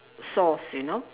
sauce you know